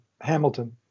Hamilton